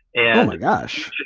and gosh,